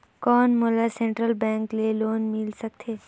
कौन मोला central bank ले लोन मिल सकथे?